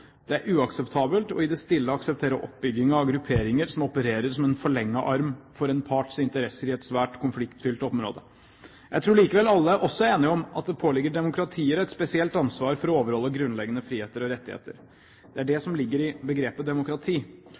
Det er uakseptabelt i det stille å akseptere oppbyggingen av grupperinger som opererer som en forlenget arm for en parts interesser i et svært konfliktfylt område. Jeg tror likevel alle også er enige om at det påligger demokratier et spesielt ansvar for å overholde grunnleggende friheter og rettigheter. Det er det som ligger i begrepet